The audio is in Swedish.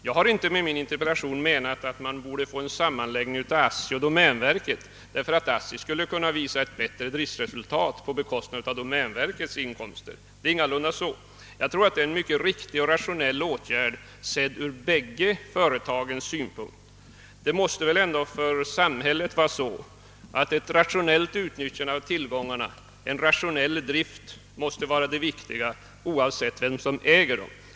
Jag har inte med min interpellation menat att man borde få en sammanläggning av ASSI och domänverket därför att ASSI skulle kunna visa ett bättre driftsresultat på bekostnad av domänverkets inkomster; jag tror att det är en riktig och rationell åtgärd ur bägge företagens synpunkt. För samhället måste ändå ett rationellt utnyttjande av tillgångarna, en rationell drift, vara det viktiga, oavsett vem som äger dessa tillgångar.